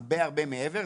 הרבה הרבה מעבר,